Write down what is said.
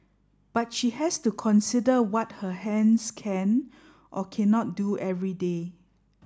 but she has to consider what her hands can or cannot do every day